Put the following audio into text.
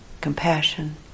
compassion